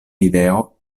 ideo